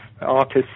artists